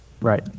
right